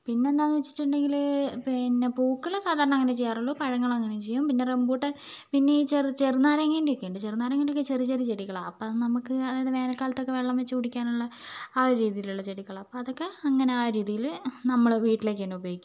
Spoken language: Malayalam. പിന്നെ എന്താന്ന് വച്ചിട്ടുണ്ടെങ്കില് പിന്നെ പൂക്കള് സാധാരണ അങ്ങനെയേ ചെയ്യാറുള്ളു പഴങ്ങള് അങ്ങനെ ചെയ്യും പിന്നെ റംബൂട്ടാൻ പിന്നെ ഈ ചെറു ചെറുനാരങ്ങേൻ്റൊക്കെ ഉണ്ട് ചെറുനാരങ്ങേൻ്റെൊക്കെ ചെറിയ ചെറിയ ചെടികളാണ് അപ്പോൾ അത് നമുക്ക് അതായത് വേനൽകാലത്തൊക്കെ വെള്ളം വെച്ച് കുടിക്കാനുള്ള ആ ഒരു രീതിലുള്ള ചെടികളാണ് അതൊക്കെ അങ്ങനെ ആ രീതിയിൽ നമ്മളുടെ വീട്ടിലേക്ക് തന്നെ ഉപയോഗിക്കും